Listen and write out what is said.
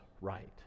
right